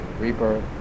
rebirth